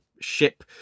ship